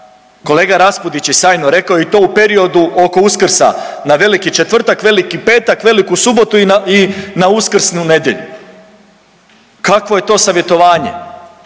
Kolega Raspudić je sjajno rekao i to u periodu oko Uskrsa, na veliki četvrtak, veliki petak, veliku subotu i na uskrsnu nedjelju. Kakvo je to savjetovanje?